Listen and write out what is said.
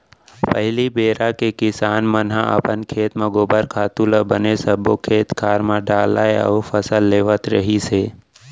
पहिली बेरा के किसान मन ह अपन खेत म गोबर खातू ल बने सब्बो खेत खार म डालय अउ फसल लेवत रिहिस हे